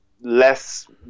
less